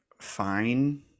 fine